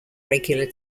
regular